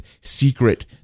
secret